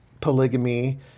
polygamy